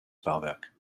bauwerk